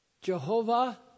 Jehovah